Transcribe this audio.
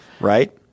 Right